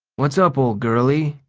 what's up, ol' girlie?